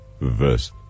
verse